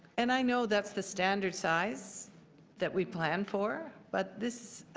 and i know that's the standard size that we plan for, but this,